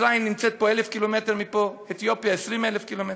מצרים נמצאת 1,000 ק"מ מפה, אתיופיה, 20,000 ק"מ.